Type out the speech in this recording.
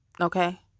Okay